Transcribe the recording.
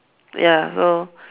ya so